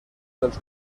dels